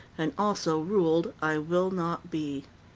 and also ruled i will not be!